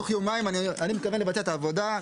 תוך יומיים אני מתכוון לבצע את העבודה,